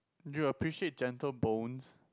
you appreciate Gentle Bones